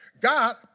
God